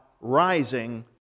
rising